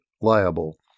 liable